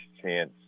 chance